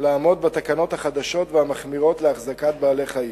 לעמוד בתקנות החדשות והמחמירות להחזקת בעלי-חיים,